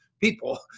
people